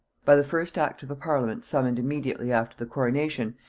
by the first act of a parliament summoned immediately after the coronation,